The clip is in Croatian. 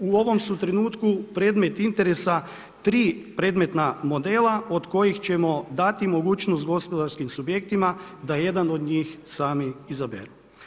U ovom su trenutku predmet interesa tri predmetna modela od kojih ćemo dati mogućnost gospodarskim subjektima da jedan od njih sami izaberu.